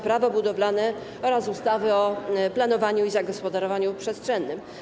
Prawo budowlane oraz ustawy o planowaniu i zagospodarowaniu przestrzennym.